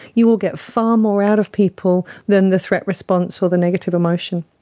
you will get far more out of people than the threat response or the negative emotion.